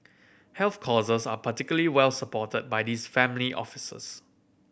health causes are particularly well supported by these family offices